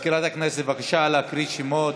מזכירת הכנסת, בבקשה להקריא שמות.